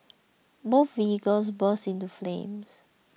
both vehicles burst into flames